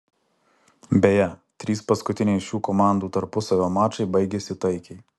beje trys paskutiniai šių komandų tarpusavio mačai baigėsi taikiai